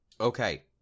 Okay